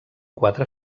quatre